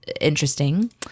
interesting